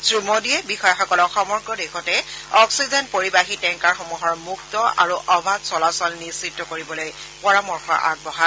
শ্ৰীমোডীয়ে বিষয়াসকলক সমগ্ৰ দেশতে অক্সিজেন পৰিবাহী টেংকাৰসমূহৰ মুক্ত আৰু অবাধ চলাচল নিশ্চিত কৰিবলৈ পৰামৰ্শ আগবঢ়ায়